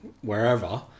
wherever